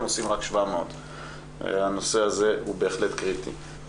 עושים רק 700. הנושא הזה הוא בהחלט קריטי.